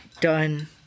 done